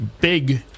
big